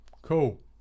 Cool